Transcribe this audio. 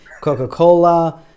Coca-Cola